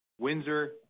Windsor